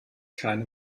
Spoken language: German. keine